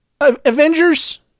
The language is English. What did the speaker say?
Avengers